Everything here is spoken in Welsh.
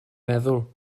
meddwl